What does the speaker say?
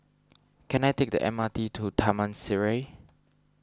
can I take the M R T to Taman Sireh